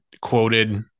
quoted